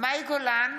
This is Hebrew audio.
מאי גולן,